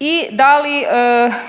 i da li